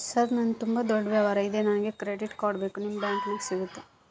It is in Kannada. ಸರ್ ನಂದು ತುಂಬಾ ದೊಡ್ಡ ವ್ಯವಹಾರ ಇದೆ ನನಗೆ ಕ್ರೆಡಿಟ್ ಕಾರ್ಡ್ ಬೇಕು ನಿಮ್ಮ ಬ್ಯಾಂಕಿನ್ಯಾಗ ಸಿಗುತ್ತಾ?